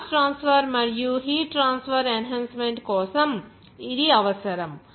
mass transfer మరియు heat transfer enhancement కోసం ఇది అవసరం